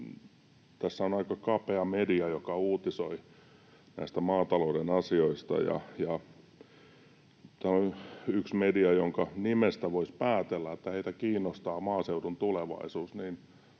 tässä on aika kapea media, joka uutisoi näistä maatalouden asioista. Täällä on yksi media, jonka nimestä voisi päätellä, että heitä kiinnostaa maaseudun tulevaisuus;